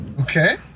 Okay